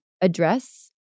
address